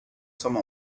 some